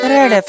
Red